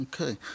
Okay